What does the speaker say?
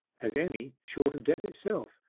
as any, short of death itself,